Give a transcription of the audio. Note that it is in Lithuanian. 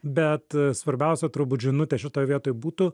bet svarbiausia turbūt žinutė šitoj vietoj būtų